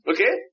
Okay